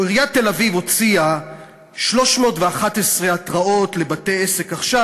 עיריית תל-אביב הוציאה 311 התראות לבתי-עסק עכשיו,